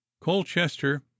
colchester